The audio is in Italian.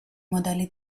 modelli